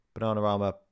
Bananarama